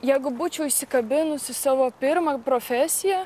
jeigu būčiau įsikabinus į savo pirmą profesiją